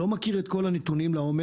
אני לא מכיר את כל הנתונים לעומק.